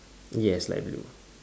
yes light blue